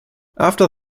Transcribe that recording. after